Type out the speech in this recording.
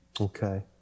Okay